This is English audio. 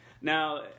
Now